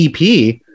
ep